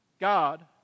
God